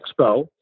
expo